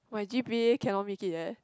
my g_p_a cannot make it eh